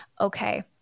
Okay